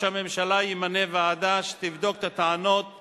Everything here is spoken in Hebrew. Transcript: הממשלה ימנה ועדה שתבדוק את הטענות על